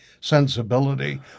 sensibility